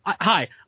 Hi